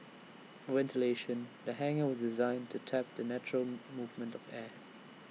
for ventilation the hangar was designed to tap the natural movement of air